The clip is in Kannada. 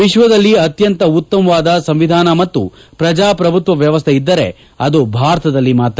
ವಿಶ್ವದಲ್ಲಿ ಅತ್ಯಂತ ಉತ್ತಮವಾದ ಸಂವಿಧಾನ ಮತ್ತು ಪ್ರಜಾಪ್ರಭುತ್ವ ವ್ಯವಕ್ಕೆ ಇದ್ದರೆ ಅದು ಭಾರತದಲ್ಲಿ ಮಾತ್ರ